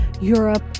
Europe